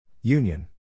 Union